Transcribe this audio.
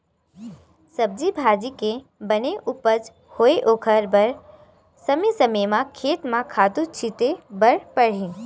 सब्जी भाजी के बने उपज होवय ओखर बर समे समे म खेत म खातू छिते बर परही